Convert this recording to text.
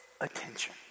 attention